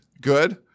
good